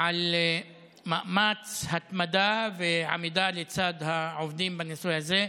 על מאמץ, ההתמדה והעמידה לצד העובדים בנושא הזה.